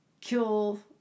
kill